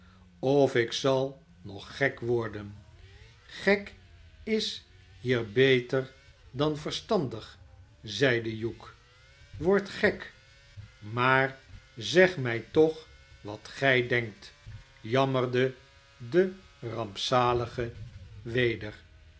sofik zal nog gek worden gek is hier beter dan verstandig zeide hugh word gek maar zeg mij toch wat gij denkt jammerde de rampzalige weder